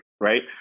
right